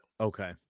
Okay